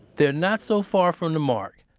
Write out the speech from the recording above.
they're not so far from the mark.